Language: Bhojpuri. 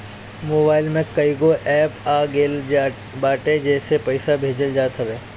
मोबाईल में कईगो एप्प आ गईल बाटे जेसे पईसा भेजल जात हवे